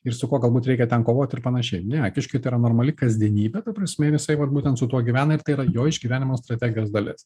ir su kuo galbūt reikia ten kovot ir panašiai ne kiškiui tai yra normali kasdienybė ta prasme ir jisai vat būtent su tuo gyvena ir tai yra jo išgyvenimo strategijos dalis